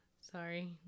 sorry